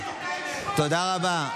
תודה רבה.